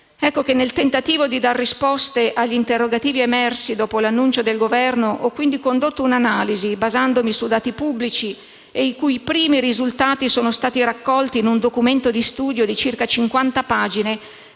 Ecco che, nel tentativo di dare risposte agli interrogativi emersi dopo l'annuncio del Governo, ho condotto un'analisi, basandomi su dati pubblici e i cui primi risultati sono stati raccolti in un documento di studio di circa 50 pagine